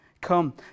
Come